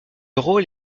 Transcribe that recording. rôle